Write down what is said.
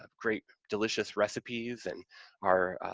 um great, delicious recipes and our,